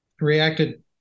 reacted